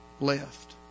left